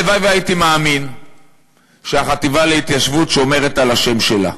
והלוואי שהייתי מאמין שהחטיבה להתיישבות שומרת על השם שלה,